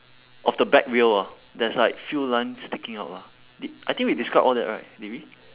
of the back wheel ah there's like few lines sticking out lah di~ I think we described all that right did we